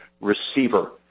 receiver